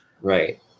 right